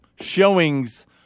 showings